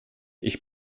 ich